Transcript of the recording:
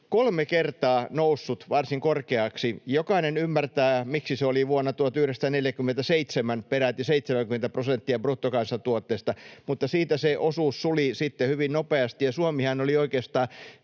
kolme kertaa noussut varsin korkeaksi. Jokainen ymmärtää, miksi se oli vuonna 1947 peräti 70 prosenttia bruttokansantuotteesta, mutta siitä se osuus suli sitten hyvin nopeasti, ja Suomihan oli oikeastaan